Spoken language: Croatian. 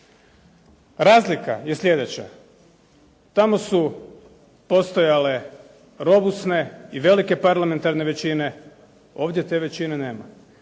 Razlika je slijedeća. Tamo su postojale robusne i velike parlamentarne većine. Ovdje te većine nema.